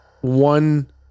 one